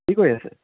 কি কৰি আছে